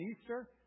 Easter